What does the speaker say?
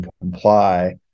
comply